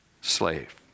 slave